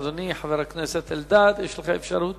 אדוני, חבר הכנסת אלדד, יש לך אפשרות